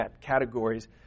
categories